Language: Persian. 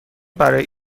برای